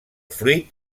fruit